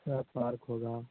हाँ पार्क होगा